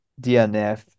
DNF